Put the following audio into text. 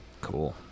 cool